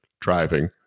driving